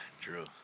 true